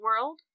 World